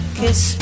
kiss